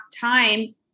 time